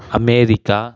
America